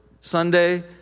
Sunday